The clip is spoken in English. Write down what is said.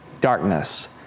darkness